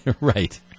Right